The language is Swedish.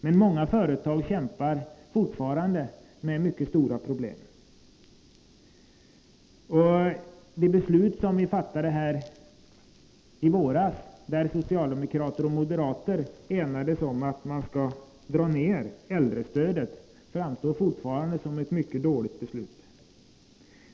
Men många företag kämpar fortfarande med mycket stora problem. Det beslut som vi fattade här i våras, där socialdemokrater och moderater enades om att dra ned äldrestödet, framstår fortfarande som ett mycket dåligt beslut.